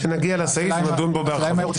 כשנגיע לסעיף, נדון בו בהרחבה.